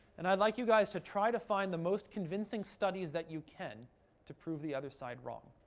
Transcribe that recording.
and i'd like you guys to try to find the most convincing studies that you can to prove the other side wrong.